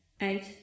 Eight